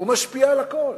הוא משפיע על הכול,